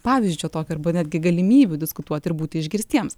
pavyzdžio tokio arba netgi galimybių diskutuoti ir būti išgirstiems